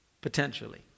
potentially